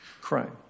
crime